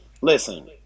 listen